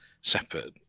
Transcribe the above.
separate